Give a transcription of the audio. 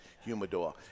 Humidor